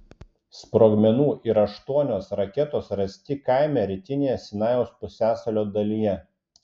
sprogmenų ir aštuonios raketos rasti kaime rytinėje sinajaus pusiasalio dalyje